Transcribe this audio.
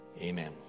amen